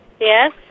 Yes